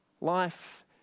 Life